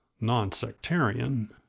non-sectarian